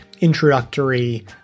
introductory